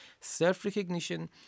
Self-recognition